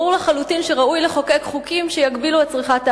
ברור לחלוטין שראוי לחוקק חוקים שיגבילו את צריכת האלכוהול,